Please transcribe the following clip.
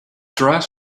dress